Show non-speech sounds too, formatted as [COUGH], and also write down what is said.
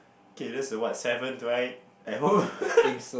okay that's the what seventh right I hope [LAUGHS]